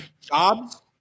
Jobs